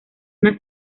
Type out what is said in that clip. una